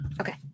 Okay